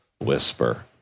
whisper